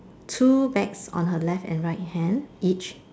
two bags on her left and right hand each